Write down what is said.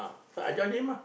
so I join him ah